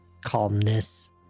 calmness